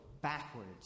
backwards